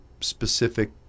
specific